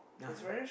(uh huh)